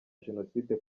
jenoside